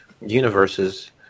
universes